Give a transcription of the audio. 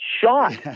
shot